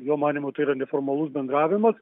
jo manymu tai yra neformalus bendravimas